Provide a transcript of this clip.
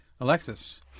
Alexis